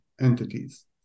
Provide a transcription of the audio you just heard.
entities